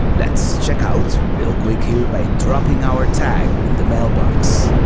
let's check out real quick here by dropping our tag in the mailbox.